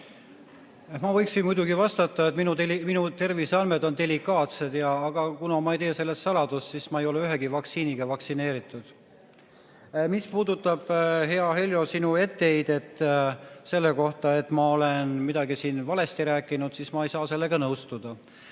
Ma võiksin muidugi vastata, et minu terviseandmed on delikaatsed, aga kuna ma ei tee sellest saladust, siis ütlen, et ma ei ole ühegi vaktsiiniga vaktsineeritud. Mis puudutab, hea Heljo, sinu etteheidet selle kohta, et ma olen midagi siin valesti rääkinud, siis ma ei saa sellega nõustuda.